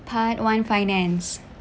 part one finance